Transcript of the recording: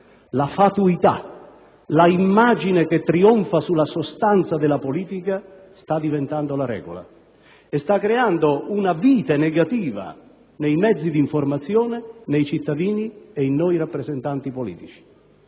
La fatuità, l'immagine che trionfa sulla sostanza della politica sta diventando la regola e sta creando una vite negativa nei mezzi di informazione, nei cittadini e in noi rappresentanti politici.